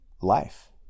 life